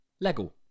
Lego